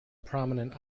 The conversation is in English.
prominent